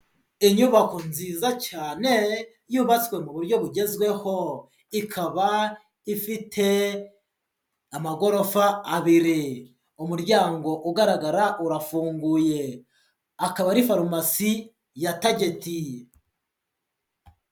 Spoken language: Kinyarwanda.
Inyubako nziza cyane yubatswe mu buryo bugezweho, ikaba ifite amagorofa abiri, umuryango ugaragara urafunguye, akaba ari farumasi ya Tageti.